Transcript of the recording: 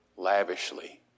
lavishly